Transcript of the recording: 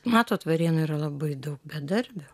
matot varėnoj yra labai daug bedarbių